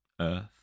earth